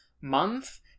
month